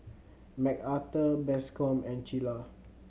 Macarthur Bascom and Cilla